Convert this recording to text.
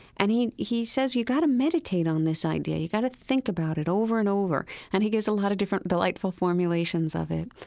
and he he says, you've got to meditate on this idea. you've got to think about it over and over and he gives a lot of different delightful formulations of it.